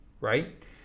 right